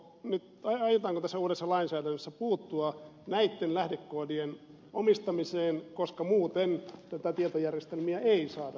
aiotaanko tässä uudessa lainsäädännössä puuttua näitten lähdekoodien omistamiseen koska muuten tietojärjestelmiä ei saada yhteensopiviksi